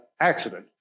accident